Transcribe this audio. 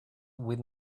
with